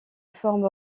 forme